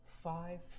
Five